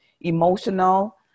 emotional